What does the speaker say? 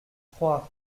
trois